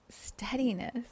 steadiness